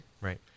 right